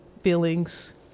feelings